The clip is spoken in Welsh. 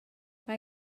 mae